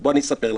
בוא אני אספר לך,